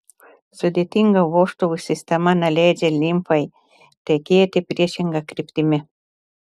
sudėtinga vožtuvų sistema neleidžia limfai tekėti priešinga kryptimi